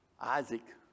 Isaac